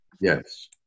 Yes